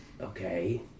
Okay